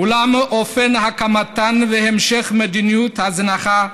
אולם אופן הקמתן והמשך מדיניות הזנחה